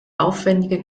aufwendige